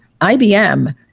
IBM